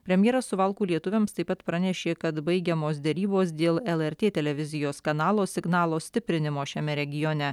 premjeras suvalkų lietuviams taip pat pranešė kad baigiamos derybos dėl lrt televizijos kanalo signalo stiprinimo šiame regione